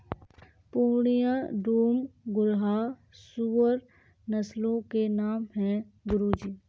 पूर्णिया, डूम, घुर्राह सूअर नस्लों के नाम है गुरु जी